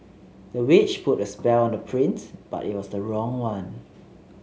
the witch put a spell on the prince but it was the wrong one